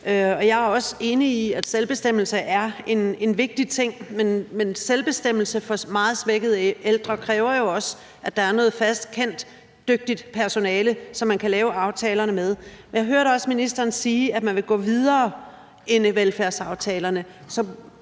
Jeg er også enig i, at selvbestemmelse er en vigtig ting, men selvbestemmelse for meget svækkede ældre kræver jo også, at der er noget fast, kendt og dygtigt personale, som man kan lave aftalerne med. Jeg hørte også ministeren sige, at man vil gå videre end i velfærdsaftalerne.